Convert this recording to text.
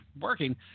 working